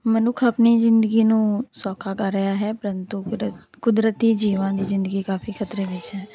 ਮਨੁੱਖ ਆਪਣੀ ਜ਼ਿੰਦਗੀ ਨੂੰ ਸੌਖਾ ਕਰ ਰਿਹਾ ਹੈ ਪਰੰਤੂ ਕੁਰ ਕੁਦਰਤੀ ਜੀਵਾਂ ਦੀ ਜ਼ਿੰਦਗੀ ਕਾਫ਼ੀ ਖਤਰੇ ਵਿੱਚ ਹੈ